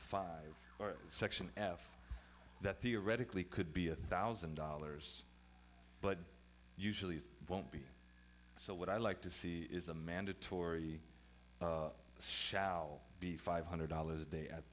five or section f that theoretically could be a thousand dollars but usually it won't be so what i'd like to see is a mandatory shall be five hundred dollars day at